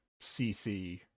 CC